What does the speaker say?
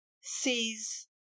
sees